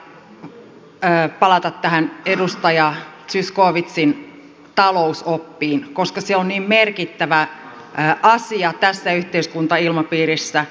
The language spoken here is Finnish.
pakko vielä palata tähän edustaja zyskowiczin talousoppiin koska se on niin merkittävä asia tässä yhteiskuntailmapiirissä